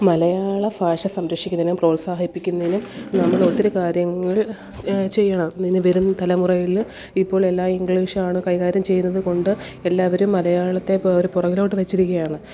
മലയാള ഭാഷ സംരക്ഷിക്കുന്നതിനും പ്രോത്സാഹിപ്പിക്കുന്നതിനും നമ്മളൊത്തിരി കാര്യങ്ങൾ ചെയ്യണം ഇനി വരും തലമുറയിൽ ഇപ്പോൾ എല്ലാം ഇംഗ്ലീഷാണ് കൈകാര്യം ചെയ്യുന്നതു കൊണ്ട് എല്ലാവരും മലയാളത്തെപ്പോലെ പുറകിലോട്ടു വെച്ചിരിക്കയാണ്